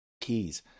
keys